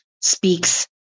speaks